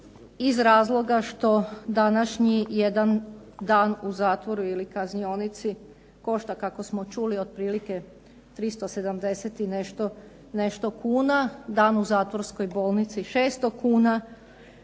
iz razloga što današnji jedan dan u zatvoru ili kaznionici košta kako smo čuli otprilike 370 i nešto kuna. Dan u zatvorskoj bolnici 600 kuna.